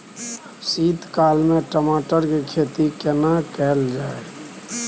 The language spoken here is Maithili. शीत काल में टमाटर के खेती केना कैल जाय?